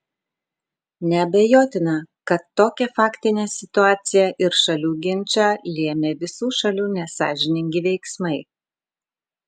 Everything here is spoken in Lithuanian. neabejotina kad tokią faktinę situaciją ir šalių ginčą lėmė visų šalių nesąžiningi veiksmai